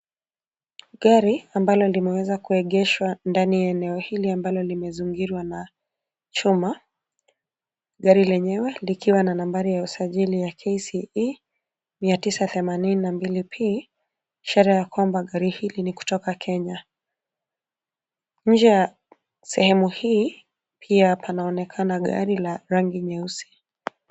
Gari ambalo limeweza kuegeshwa ndani ya eneo hili ambalo limezingirwa na chuma. Gari lenyewe likiwa na nambari ya usajili ya KCE 982P, ishara ya kwamba gari hili ni kutoka Kenya. Nje ya sehemu hii pia panaonekana gari la rangi nyeusi.